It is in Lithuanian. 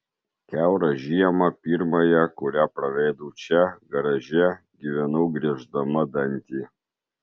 kiaurą žiemą pirmąją kurią praleidau čia garaže gyvenau grieždama dantį